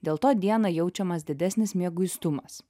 dėl to dieną jaučiamas didesnis mieguistumas